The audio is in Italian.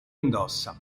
indossa